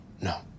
no